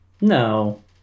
no